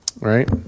right